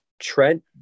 Trent